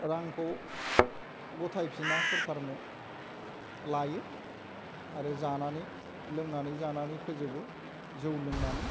रांखौ गथायफिना सरकारनो लायो आरो जानानै लोंनानै जानानै फोजोबो जौ लोंनानै